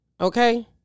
okay